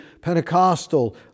Pentecostal